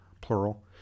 plural